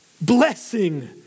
blessing